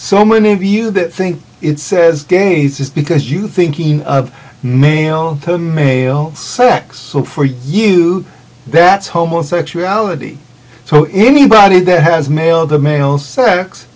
so many of you that think it says gays just because you thinking of male male sex so for you that's homosexuality so anybody that has male the male sex